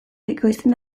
ekoizten